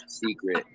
secret